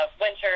winter